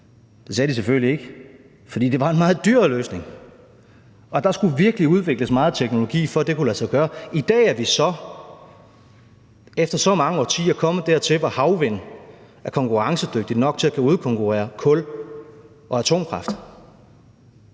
Det sagde de selvfølgelig ikke, for det var en meget dyrere løsning, og der skulle virkelig udvikles meget teknologi, for at det kan lade sig gøre. I dag er vi så efter så mange årtier kommet dertil, hvor havvind er konkurrencedygtigt nok til at kunne udkonkurrere kul og atomkraft.